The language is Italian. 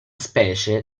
specie